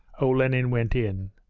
olenin went in.